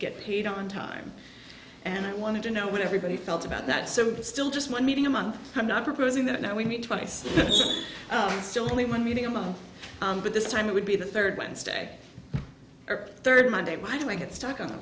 get paid on time and i wanted to know what everybody felt about that so to still just one meeting a month i'm not proposing that now we meet twice still only one meeting among but this time it would be the third wednesday or third monday why do i get stuck on